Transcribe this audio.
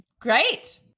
Great